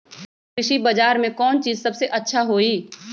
कृषि बजार में कौन चीज सबसे अच्छा होई?